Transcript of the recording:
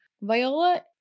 Viola